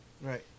Right